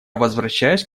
возвращаюсь